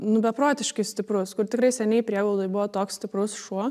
nu beprotiškai stiprus kur tikrai seniai prieglaudoj buvo toks stiprus šuo